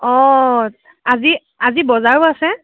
অঁ আজি আজি বজাৰো আছে